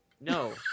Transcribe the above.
No